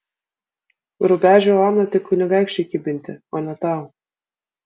rubežių oną tik kunigaikščiui kibinti o ne tau